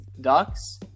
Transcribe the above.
Ducks